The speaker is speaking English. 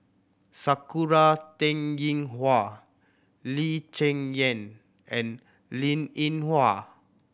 Sakura Teng Ying Hua Lee Cheng Yan and Linn In Hua